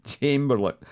Chamberlain